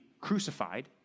crucified